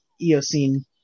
Eocene